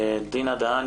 דינה דהן,